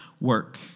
work